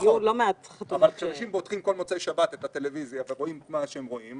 כשאנשים פותחים בכל מוצאי שבת את הטלוויזיה ורואים את מה שהם רואים,